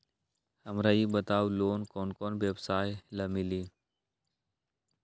हमरा ई बताऊ लोन कौन कौन व्यवसाय ला मिली?